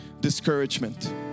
Discouragement